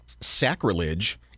sacrilege